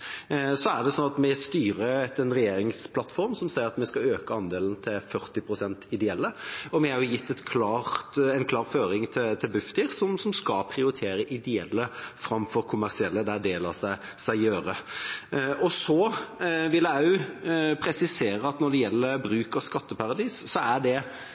Så er det slik at vi styrer etter en regjeringsplattform som sier at vi skal øke andelen ideelle til 40 pst. Vi har også gitt en klar føring til Bufdir, som skal prioritere ideelle framfor kommersielle der det lar seg gjøre. Så vil jeg også presisere at når det gjelder bruken av skatteparadis, er det